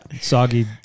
soggy